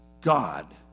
God